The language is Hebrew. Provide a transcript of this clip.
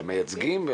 למייצגים,